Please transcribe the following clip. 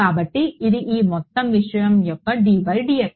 కాబట్టి ఇది ఈ మొత్తం విషయం యొక్క ddx